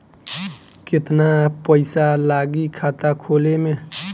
केतना पइसा लागी खाता खोले में?